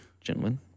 gentlemen